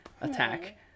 attack